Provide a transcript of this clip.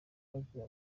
bagira